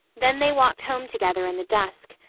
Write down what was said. then they walked home together in the dusk,